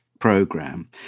program